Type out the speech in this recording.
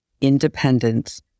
independence